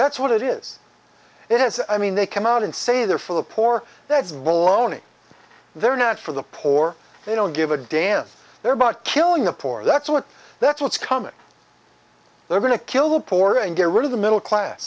that's what it is it is i mean they come out and say they're for the poor that's loney they're not for the poor they don't give a damn they're about killing the poor that's what that's what's coming they're going to kill the poor and get rid of the middle class